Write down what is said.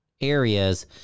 areas